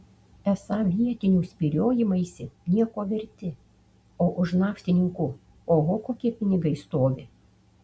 esą vietinių spyriojimaisi nieko verti o už naftininkų oho kokie pinigai stovi